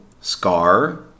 scar